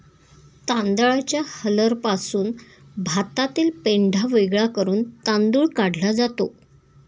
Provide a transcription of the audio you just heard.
तांदळाच्या हलरपासून भातातील पेंढा वेगळा करून तांदूळ काढला जातो